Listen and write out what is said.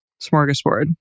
Smorgasbord